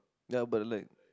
ya but like